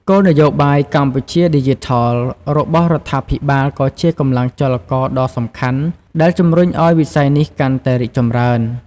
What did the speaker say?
គោលនយោបាយ កម្ពុជាឌីជីថល របស់រដ្ឋាភិបាលក៏ជាកម្លាំងចលករដ៏សំខាន់ដែលជំរុញឱ្យវិស័យនេះកាន់តែរីកចម្រើន។